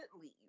leave